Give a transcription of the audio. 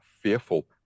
fearful